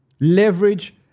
leverage